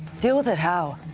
deal with it how?